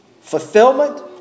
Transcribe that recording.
Fulfillment